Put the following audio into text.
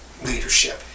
Leadership